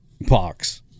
box